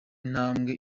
ntambwe